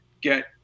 get